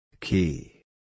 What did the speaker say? Key